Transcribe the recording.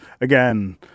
Again